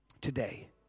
today